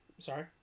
Sorry